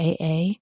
AA